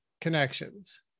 connections